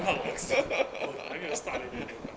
then how about X maybe will start in a toga